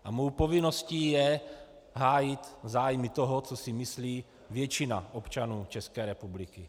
A mou povinností je hájit zájmy toho, co si myslí většina občanů České republiky.